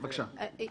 בוחנים